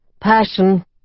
Passion